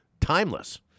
Timeless